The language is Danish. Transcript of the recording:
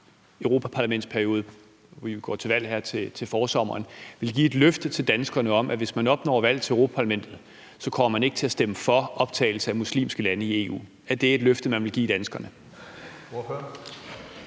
europaparlamentsperiode – vi går jo til valg her til forsommeren – hvis man opnår valg til Europa-Parlamentet, så ikke kommer til at stemme for en optagelse af muslimske lande i EU. Er det et løfte, man vil give danskerne?